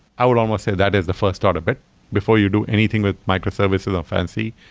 i will almost say that is the first start of it before you do anything with microservices or fancy,